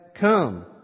come